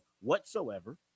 whatsoever